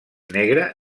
negre